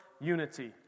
unity